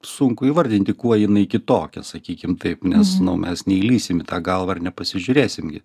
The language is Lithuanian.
sunku įvardinti kuo jinai kitokia sakykim taip nes nu mes neįlįsim į tą galvą ir nepasižiūrėsim gi